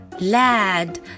Lad